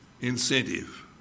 Incentive